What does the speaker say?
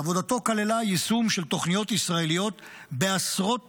עבודתו כללה היישום של תוכניות ישראליות בעשרות